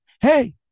hey